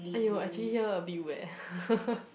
!aiyo! actually here a bit wet